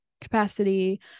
capacity